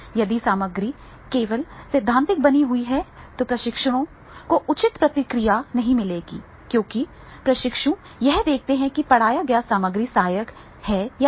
यदि सामग्री केवल सैद्धांतिक बनी हुई है तो प्रशिक्षकों को उचित प्रतिक्रिया नहीं मिलेगी क्योंकि प्रशिक्षु यह देखते हैं कि पढ़ाया गया सामग्री सहायक है या नहीं